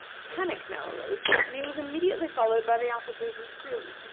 panic now arose, and he was immediately followed by the officers and crew.